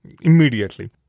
immediately